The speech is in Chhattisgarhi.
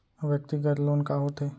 व्यक्तिगत लोन का होथे?